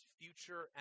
future